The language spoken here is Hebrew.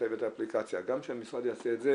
אתה הבאת אפליקציה, גם שהמשרד יעשה את זה